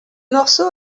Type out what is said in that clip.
morceau